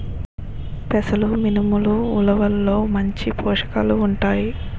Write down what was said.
పెసలు మినుములు ఉలవల్లో మంచి పోషకాలు ఉంటాయి